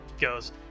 goes